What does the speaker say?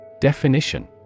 Definition